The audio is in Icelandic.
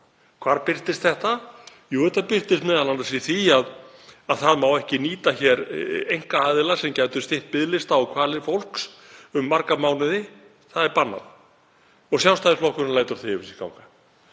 Hvar birtist þetta? Jú, þetta birtist m.a. í því að það má ekki nýta einkaaðila sem gætu stytt biðlista á kvalir fólks um marga mánuði. Það er bannað. Og Sjálfstæðisflokkurinn lætur það yfir sig ganga.